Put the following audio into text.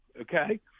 Okay